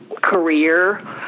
career